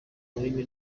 rurimi